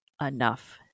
enough